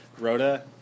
Rhoda